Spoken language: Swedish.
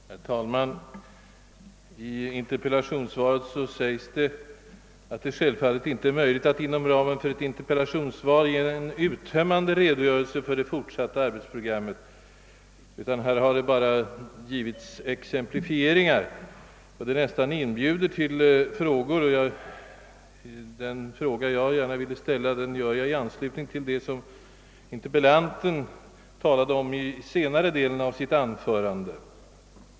Herr talman! I interpellationssvaret sägs att det självfallet inte är möjligt att inom ramen för ett interpellationssvar ge en uttömmande redogörelse för EFTA:s fortsatta arbetsprogram, utan där har endast givits exemplifieringar. Detta nästan inbjuder till frågor, och jag vill gärna ställa en fråga i anslutning till det som interpellanten talade om i senare delen av sitt anförande.